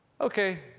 okay